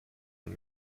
man